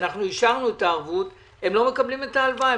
אנחנו אישרנו את הערבות והם לא מקבלים את ההלוואה.